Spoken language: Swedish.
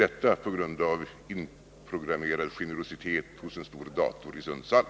Detta beror på inprogrammerad generositet hos en stor dator i Sundsvall.